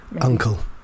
Uncle